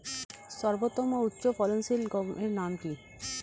সর্বোত্তম ও উচ্চ ফলনশীল গমের নাম কি?